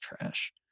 trash